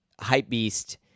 Hypebeast